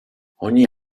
ogni